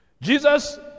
Jesus